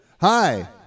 Hi